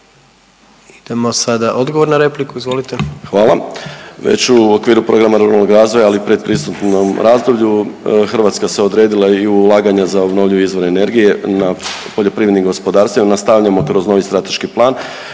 Idemo sada odgovor na repliku, izvolite. **Majdak, Tugomir** Hvala. Ja ću u okviru programa ruralnog razvoja ali i predpristupnom razdoblju Hrvatska se odredila i u ulaganja za obnovljive izvore energije na poljoprivrednim gospodarstvima, nastavljamo kroz novi strateški plan